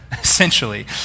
essentially